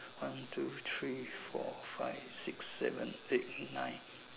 one two three four five six seven eight nine